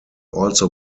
also